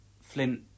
Flint